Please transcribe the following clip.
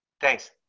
Thanks